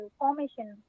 formation